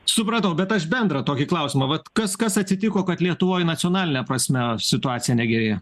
supratau bet tas bendrą tokį klausimą vat kas kas atsitiko kad lietuvoje nacionaline prasme situacija negerėja